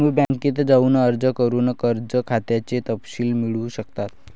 तुम्ही बँकेत जाऊन अर्ज करून कर्ज खात्याचे तपशील मिळवू शकता